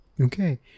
Okay